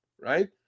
right